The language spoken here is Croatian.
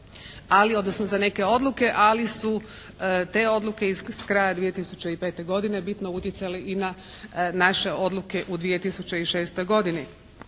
ali odnosno za neke odluke. Ali su te odluke s kraja 2005. godine bitno utjecale i na naše odluke u 2006. godini.